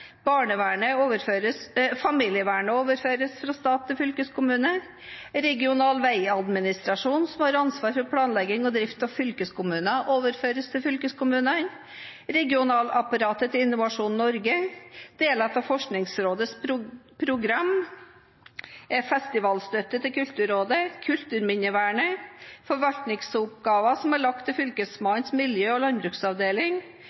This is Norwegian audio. barnevernet gjennom Bufetat til fylkeskommunene. Overføring av ansvaret for distriktspsykiatriske klinikker. Familievernet overføres fra stat til fylkeskommune. Regional veiadministrasjon, som har ansvar for planlegging og drift av fylkesveiene, overføres til fylkeskommunene. Regionapparatet til Innovasjon Norge overføres til fylkeskommunene. Deler av Forskningsrådets program overføres til fylkeskommunene. Festivalstøtte fra Kulturrådet overføres til